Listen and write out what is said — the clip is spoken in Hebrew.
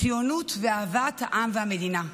ציונות ואהבת העם והמדינה.